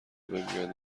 بگویند